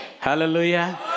Hallelujah